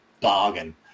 bargain